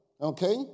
okay